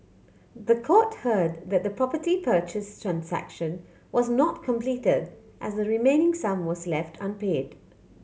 the court heard that the property purchase transaction was not completed as the remaining sum was left unpaid